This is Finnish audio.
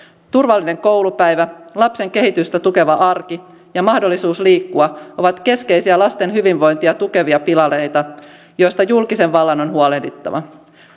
turvallinen koulupäivä lapsen kehitystä tukeva arki ja mahdollisuus liikkua ovat keskeisiä lasten hyvinvointia tukevia pilareita joista julkisen vallan on huolehdittava